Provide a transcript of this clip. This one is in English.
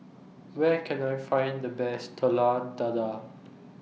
Where Can I Find The Best Telur Dadah